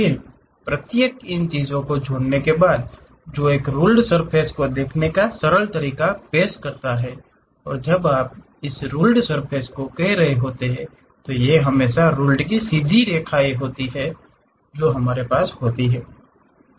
फिर प्रत्येक इन चीजों को जोड़ने के बाद जो एक रुल्ड सर्फ़ेस को देखने का एक सरल तरीका पेश करता है और जब आप इस रुल्ड की सर्फ़ेस को कर रहे होते हैं तो ये हमेशा रुल्ड की सीधी रेखाएँ होती हैं जो हमारे पास होती हैं